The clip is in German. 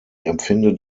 empfinde